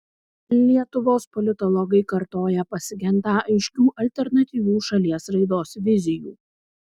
lietuvos politologai kartoja pasigendą aiškių alternatyvių šalies raidos vizijų